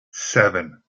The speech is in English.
seven